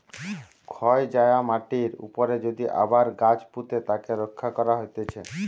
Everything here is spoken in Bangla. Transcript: ক্ষয় যায়া মাটির উপরে যদি আবার গাছ পুঁতে তাকে রক্ষা করা হতিছে